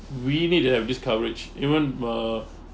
we need to have this coverage even uh